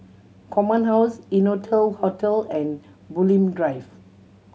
Command House Innotel Hotel and Bulim Drive